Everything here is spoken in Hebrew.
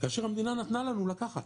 כאשר המדינה נתנו לנו לקחת.